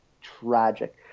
tragic